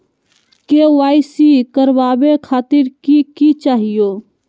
KYC करवावे खातीर कि कि चाहियो?